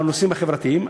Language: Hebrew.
על הנושאים החברתיים,